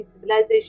civilization